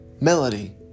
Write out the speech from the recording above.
Melody